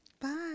Bye